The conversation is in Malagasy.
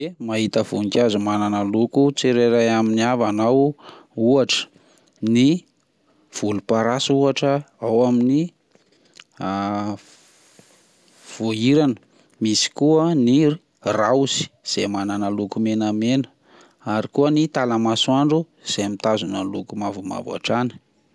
Ye, mahita vonikazo manana loko tsirairay amin'ny avana aho, ohatra ny volom-parasy ohatra ao aminy voahirana misy koa ny raozy izay manana loko menamena ary koa ny talamasoandro izay mitazona ny loko mavomavo hatrany.